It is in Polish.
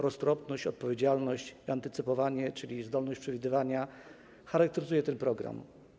Roztropność, odpowiedzialność i antycypowanie, czyli zdolność przewidywania, charakteryzują ten program.